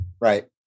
right